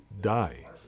die